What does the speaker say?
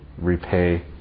repay